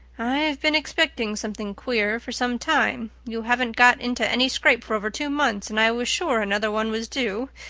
i've been expecting something queer for some time. you haven't got into any scrape for over two months, and i was sure another one was due.